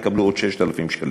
יקבלו עוד 6,000 שקלים.